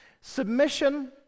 submission